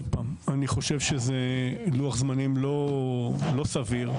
עוד פעם, אני חושב שזה לוח זמנים לא, לא סביר.